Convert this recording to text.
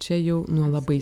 čia jau nuo labai